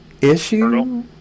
issue